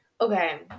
Okay